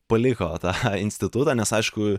paliko tą institutą nes aišku